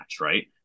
right